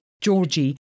Georgie